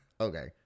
okay